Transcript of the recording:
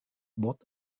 what